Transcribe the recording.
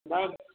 नहि